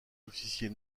officier